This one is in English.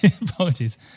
Apologies